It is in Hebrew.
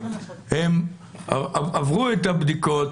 הם עברו את הבדיקות,